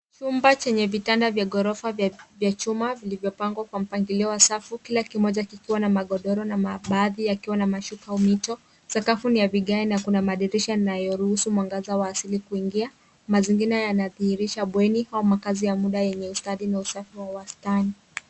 Chumba chenye vitanda vya korofa vya chuma vilivyopangwa kwa mpangilio wa safu kila kimoja likiwa na godora na baadhi zikiwa na mashuka au mito sakafu ni ya vikae na Kuna madirisha yanayoruhusu mwangaza wa hasili kuingia mazingira yanathirisha bweni au makasi ya muda yenye usafi na usafu wa wastani